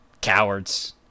cowards